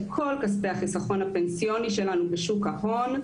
כל כספי החיסכון הפנסיוני שלנו בשוק ההון.